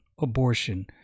abortion